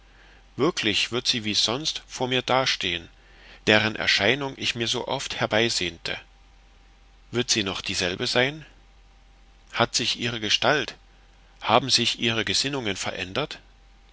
wirklich wird sie wie sonst vor mir dastehen deren erscheinung ich mir so oft herbeisehnte wird sie noch dieselbe sein hat sich ihre gestalt haben sich ihre gesinnungen verändert